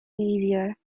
easier